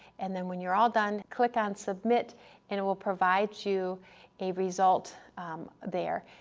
and then when you're all done, click on submit and it will provide you a result there.